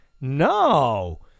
No